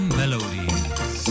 melodies